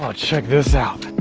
ah check this out.